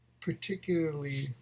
particularly